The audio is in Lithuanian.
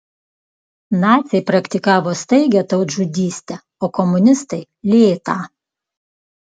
naciai praktikavo staigią tautžudystę o komunistai lėtą